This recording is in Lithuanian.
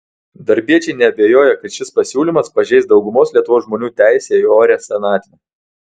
darbiečiai neabejoja kad šis pasiūlymas pažeis daugumos lietuvos žmonių teisę į orią senatvę